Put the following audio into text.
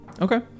Okay